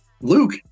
Luke